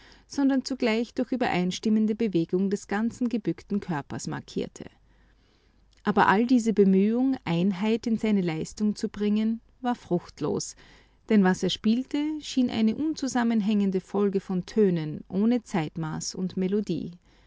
sondern zugleich durch übereinstimmende bewegung des ganzen gebückten körpers markierte aber all diese bemühung einheit in seine leistung zu bringen war fruchtlos denn was er spielte schien eine unzusammenhängende folge von tönen ohne zeitmaß und melodie